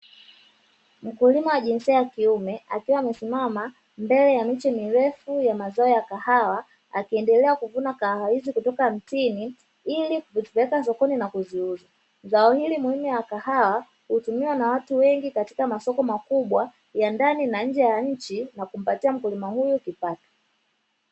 Mkulima wa jinsia ya kiume akiwa amesimama mbele ya miche mirefu ya mazao ya kahawa, akiendelea kuvuna kaha hizi kutoka mtini ili kupeleka sokoni na kuziuza. Zao hili muhimu akahawa kuutumia na watu wengi katika masoko makubwa ya ndani na nje ya nchi na kumpatia mkulima huyu kupata kipato.